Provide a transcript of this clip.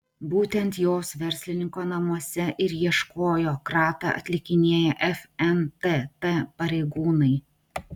būtent jos verslininko namuose ir ieškojo kratą atlikinėję fntt pareigūnai